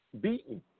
beaten